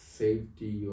safety